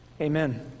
Amen